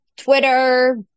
Twitter